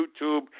YouTube